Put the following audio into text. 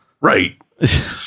Right